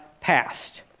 passed